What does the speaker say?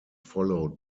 followed